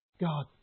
God